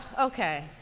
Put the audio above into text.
okay